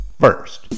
First